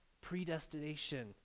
predestination